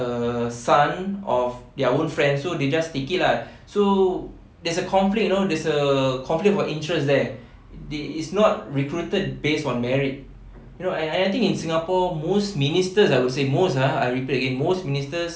a son of their own friends so they just take it lah so there's a conflict you know there's a conflict of interest there they it's not recruited based on merit you know and and I think in singapore most ministers I would say most ah I repeat again most ministers